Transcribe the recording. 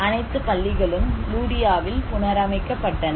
அனைத்து பள்ளிகளும் லூடியாவில் புனரமைக்கப்பட்டன